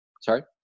sorry